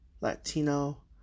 Latino